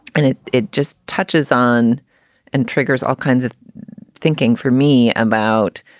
and it it just touches on and triggers all kinds of thinking for me about.